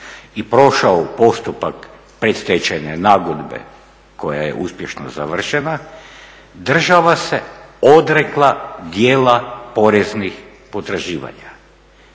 i prošao postupak predstečajne nagodbe koja je uspješno završena, država se odrekla dijela poreznih potraživanja.